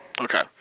Okay